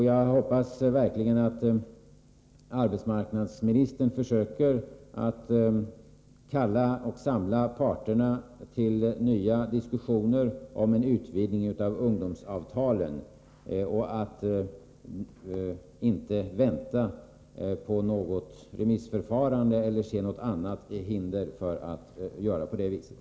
Jag hoppas verkligen att arbetsmarknadsministern försöker att samla parterna till nya diskussioner om en utvidgning av ungdomsavtalen och inte väntar på något remissförfarande eller ser något annat hinder för att göra på det sättet.